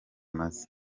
umaze